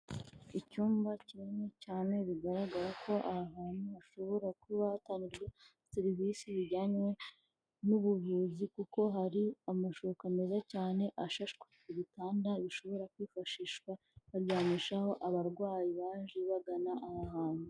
Icyumba kinini cyane bigaragara ko aha hantu hashobora kuba hatangwa serivisi bijyanye n'ubuvuzi kuko hari amashuka meza cyane ashashwe ibitanda bishobora kwifashishwa baryamishaho abarwayi baje bagana aha hantu.